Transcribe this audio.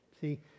See